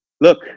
Look